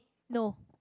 no